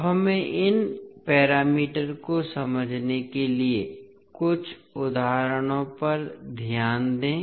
अब हमें इन पैरामीटर को समझने के लिए कुछ उदाहरणों पर ध्यान दें